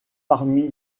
parmi